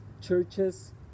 churches